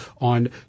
on